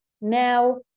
Now